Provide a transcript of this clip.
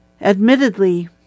admittedly